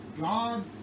God